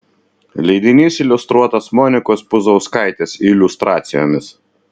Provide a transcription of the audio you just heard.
leidinys iliustruotas monikos puzauskaitės iliustracijomis